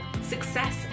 success